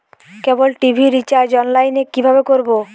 কেবল TV recharge online এ কিভাবে করব?